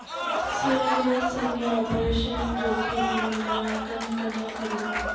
शेयरेर संगे ऑपरेशन जोखिमेर मूल्यांकन केन्ने करमू